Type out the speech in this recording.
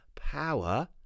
power